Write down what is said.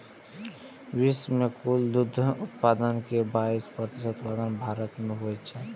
विश्व के कुल दुग्ध उत्पादन के बाइस प्रतिशत उत्पादन भारत मे होइ छै